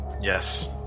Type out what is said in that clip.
Yes